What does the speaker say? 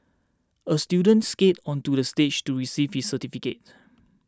a student skated onto the stage to receive his certificate